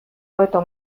hobeto